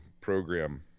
program